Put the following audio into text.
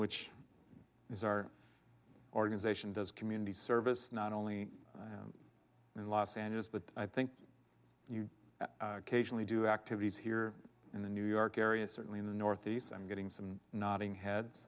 which is our organization does community service not only in los angeles but i think you only do activities here in the new york area certainly in the northeast and getting some nodding heads